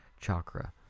chakra